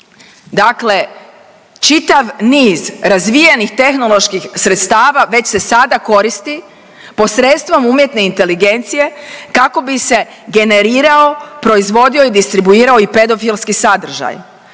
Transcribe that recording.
Dakle, čitav niz razvijenih tehnoloških sredstava već se sada koristi posredstvom umjetne inteligencije kako bi se generirao, proizvodio i distribuirao i pedofilski sadržaj.